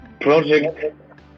project